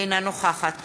אינה נוכחת